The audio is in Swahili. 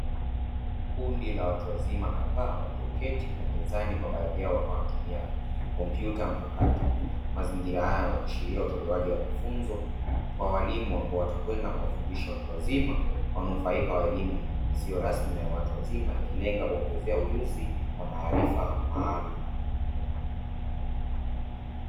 Kundi la watu wazima kadhaa walioketi mezani na baadhi yao wakiwa wanatumia kompyuta mpakato. Mazingira haya huashiria utolewaji wa mafunzo kwa walimu ambao watakwenda kuwafundisha wanufaika wa elimu isiyo rasmi na ya watu wazima ikilenga ujuzi na maarifa maalumu.